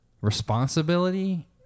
responsibility